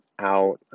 out